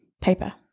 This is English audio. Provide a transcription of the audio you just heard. paper